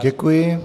Děkuji.